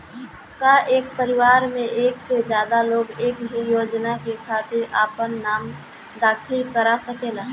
का एक परिवार में एक से ज्यादा लोग एक ही योजना के खातिर आपन नाम दाखिल करा सकेला?